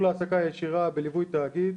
מסלול העסקה ישירה, בליווי תאגיד.